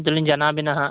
ᱟᱫᱚᱞᱤᱧ ᱡᱟᱱᱟᱣᱟᱵᱮᱱᱟ ᱱᱟᱦᱟᱜ